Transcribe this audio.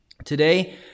Today